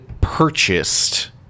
purchased